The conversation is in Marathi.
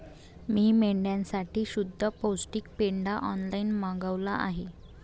मी मेंढ्यांसाठी शुद्ध पौष्टिक पेंढा ऑनलाईन मागवला आहे